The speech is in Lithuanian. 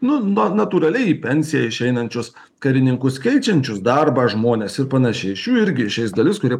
nu no natūraliai į pensiją išeinančius karininkus keičiančius darbą žmones ir panašiai šių irgi išeis dalis kurie